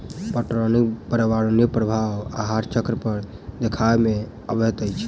पटौनीक पर्यावरणीय प्रभाव आहार चक्र पर देखबा मे अबैत अछि